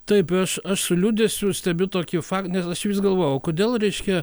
taip i aš aš su liūdesiu stebiu tokį fak nes aš vis galvojau o kodėl reiškia